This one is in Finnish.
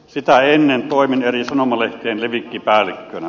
sitä ennen toimin eri sanomalehtien levikkipäällikkönä